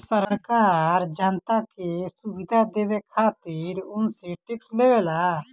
सरकार जनता के सुविधा देवे खातिर उनसे टेक्स लेवेला